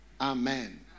amen